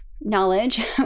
knowledge